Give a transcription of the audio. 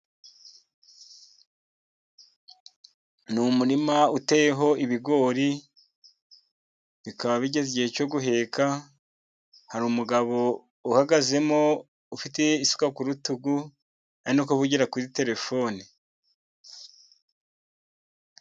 Ni umurima uteyeho ibigori bikaba bigeze igihe cyo guheka ,hari umugabo uhagazemo ufite isuka ku rutugu, ari no kuvugira kuri telefone.